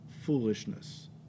foolishness